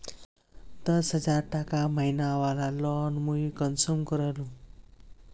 दस हजार टका महीना बला लोन मुई कुंसम करे लूम?